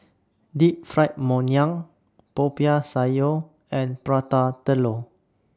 Deep Fried Ngoh Hiang Popiah Sayur and Prata Telur